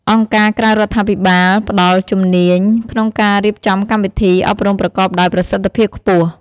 អង្គការក្រៅរដ្ឋាភិបាលផ្ដល់ជំនាញក្នុងការរៀបចំកម្មវិធី អប់រំប្រកបដោយប្រសិទ្ធភាពខ្ពស់។